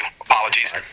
Apologies